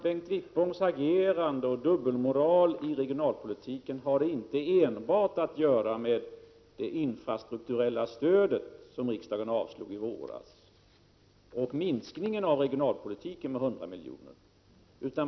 Bengt Wittboms agerande och dubbelmoral i regionalpolitiken har inte enbart att göra med det infrastrukturella stödet, som riksdagen avslog i våras, och med minskningen på 100 miljoner inom det regionalpolitiska området.